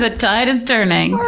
but tide is turning!